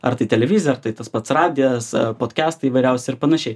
ar tai televizija tai tas pats radijas podkestai įvairiausi ir panašiai